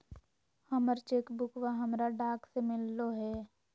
हमर चेक बुकवा हमरा डाक से मिललो हे